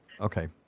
okay